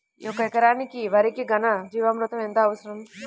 ఒక ఎకరా వరికి ఘన జీవామృతం ఎంత అవసరం?